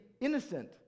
innocent